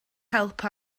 help